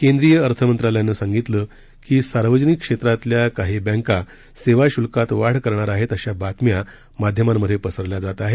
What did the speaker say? केंद्रिय अर्थ मंत्रालयानं सांगितलं की सार्वजनिक क्षेत्रातल्या काही बँका सेवा शुल्कात वाढ करणार आहेत अशा बातम्या माध्यमांमध्ये पसरल्या जात आहेत